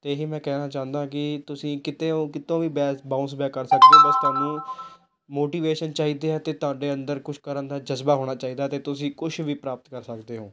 ਅਤੇ ਇਹ ਮੈਂ ਕਹਿਣਾ ਚਾਹੁੰਦਾ ਹਾਂ ਕਿ ਤੁਸੀਂ ਕਿਤਿਓਂ ਕਿਤੋਂ ਵੀ ਬੈਸ ਬਾਊਂਸ ਬੈਕ ਕਰ ਸਕਦੇ ਹੋ ਬਸ ਤੁਹਾਨੂੰ ਮੋਟੀਵੇਸ਼ਨ ਚਾਹੀਦੀ ਹੈ ਅਤੇ ਤੁਹਾਡੇ ਅੰਦਰ ਕੁਛ ਕਰਨ ਦਾ ਜਜ਼ਬਾ ਹੋਣਾ ਚਾਹੀਦਾ ਹੈ ਅਤੇ ਤੁਸੀਂ ਕੁਛ ਵੀ ਪ੍ਰਾਪਤ ਕਰ ਸਕਦੇ ਹੋ